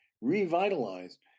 revitalized